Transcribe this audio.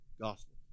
gospel